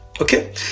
okay